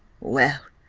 well,